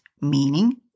meaning